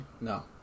No